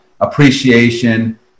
appreciation